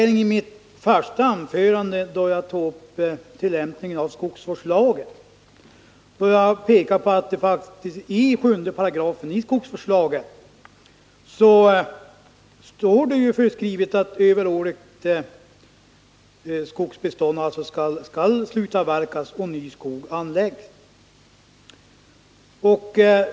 I mitt första anförande hade jag en fundering om tillämpningen av skogsvårdslagen och pekade på att det i 7 § skogsvårdslagen står föreskrivet att överårigt skogsbeständ skall slutavverkas och ny skog anläggas.